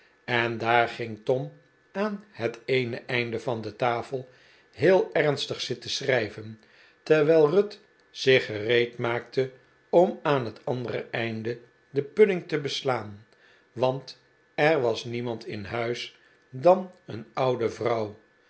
en daar ging tom aan het eene einde van de tafel heel ernstig zitten schrijven terwijl ruth zich gereed maakte om aan het andere einde den pudding te beslaan want er was niemand in huis dan een oude vrouw